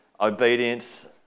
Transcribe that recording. obedience